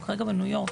הוא כרגע בניו יורק,